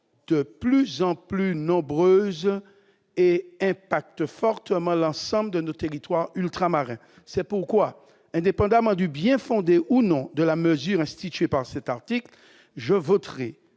de plus en plus nombreux et impactent fortement l'ensemble de nos territoires ultramarins. C'est pourquoi, indépendamment du bien-fondé ou non de la mesure instituée par cet article, je voterai